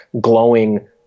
glowing